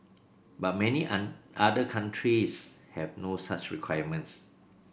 but many other countries have no such requirements